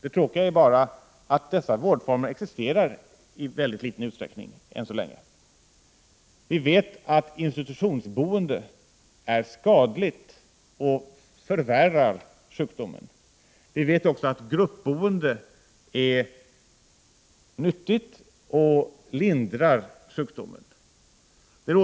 Det tråkiga är bara att dessa vårdformer än så länge existerar i mycket liten utsträckning. Vi vet att institutionsboende är skadligt och förvärrar sjukdomen, och vi vet också att gruppboende är nyttigt och lindrar sjukdomen.